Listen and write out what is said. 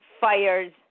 fires